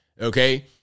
Okay